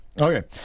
Okay